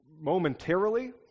momentarily